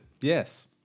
Yes